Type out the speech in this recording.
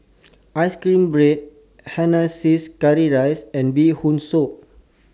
Ice Cream Bread Hainanese Curry Rice and Bee Hoon Soup